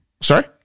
Sorry